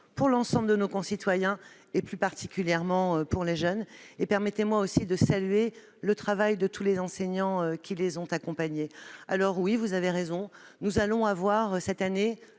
pour l'ensemble de nos concitoyens, et plus particulièrement pour les jeunes. Permettez-moi aussi de saluer le travail de tous les enseignants qui les ont accompagnés. Oui, vous avez raison, cette année,